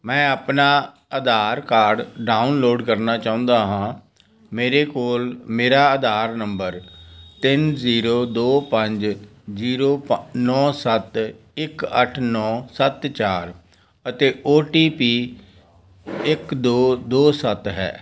ਮੈਂ ਆਪਣਾ Aadhaar card download ਕਰਨਾ ਚਾਹੁੰਦਾ ਹਾਂ ਮੇਰੇ ਕੋਲ ਮੇਰਾ ਆਧਾਰ ਨੰਬਰ ਤਿੰਨ ਜ਼ੀਰੋ ਦੋ ਪੰਜ ਜ਼ੀਰੋ ਨੌਂ ਸੱਤ ਇੱਕ ਅੱਠ ਨੌਂ ਸੱਤ ਚਾਰ ਅਤੇ ਓ ਟੀ ਪੀ ਇੱਕ ਦੋ ਦੋ ਸੱਤ ਹੈ